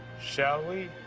shall we?